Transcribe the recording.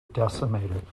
decimated